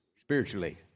spiritually